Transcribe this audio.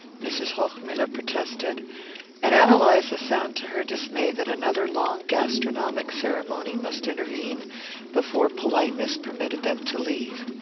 mrs. hochmuller protested and ann eliza found to her dismay that another long gastronomic ceremony must intervene before politeness permitted them to leave.